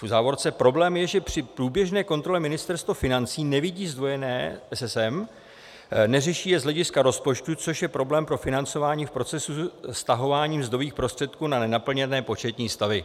V závorce: Problém je, že při průběžné kontrole Ministerstvo financí nevidí zdvojené SSM, neřeší je z hlediska rozpočtu, což je problém pro financování v procesu vztahování mzdových prostředků na nenaplněné početní stavy.